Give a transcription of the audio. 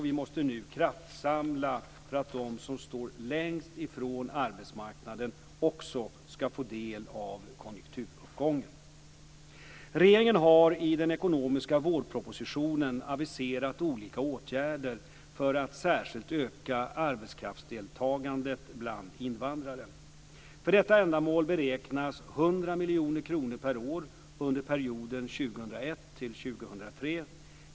Vi måste nu kraftsamla för att de som står längst ifrån arbetsmarknaden också ska få del av konjunkturuppgången. Regeringen har i den ekonomiska vårpropositionen aviserat olika åtgärder för att särskilt öka arbetskraftsdeltagandet bland invandrare. För detta ändamål beräknas 100 miljoner kronor per år under perioden 2001-2003.